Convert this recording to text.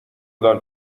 دارم